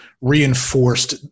reinforced